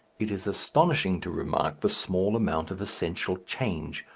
it is astonishing to remark the small amount of essential change,